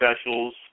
specials